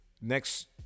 next